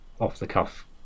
off-the-cuff